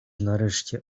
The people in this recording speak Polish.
nareszcie